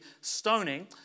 stoning